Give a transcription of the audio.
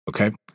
Okay